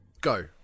go